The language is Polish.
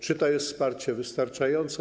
Czy to jest wsparcie wystarczające?